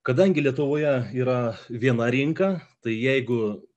kadangi lietuvoje yra viena rinka tai jeigu